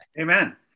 Amen